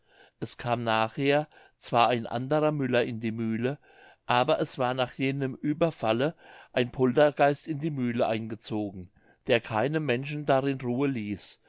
es kam nachher zwar ein anderer müller in die mühle aber es war nach jenem ueberfalle ein poltergeist in die mühle eingezogen der keinem menschen darin ruhe ließ